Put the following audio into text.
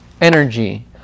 energy